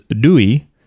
Dewey